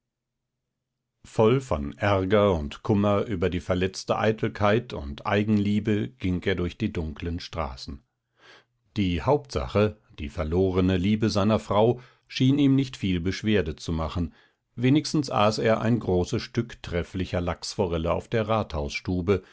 voll von ärger und kummer über die verletzte eitelkeit und eigenliebe ging er durch die dunklen straßen die hauptsache die verlorene liebe seiner frau schien ihm nicht viel beschwerde zu machen wenigstens aß er ein großes stück trefflicher lachsforelle auf der